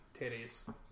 titties